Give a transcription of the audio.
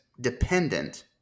dependent